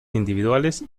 individuales